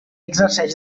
exerceix